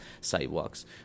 sidewalks